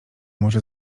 może